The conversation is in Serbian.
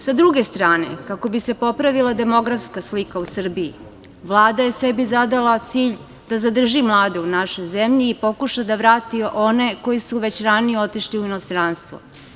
Sa druge strane, kako bi se popravila demografska slika u Srbiji, Vlada je sebi zadala cilj da zadrži mlade u našoj zemlji i pokuša da vrati one koji su već ranije otišli u inostranstvo.